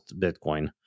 Bitcoin